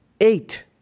eight